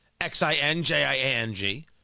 X-I-N-J-I-A-N-G